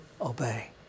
obey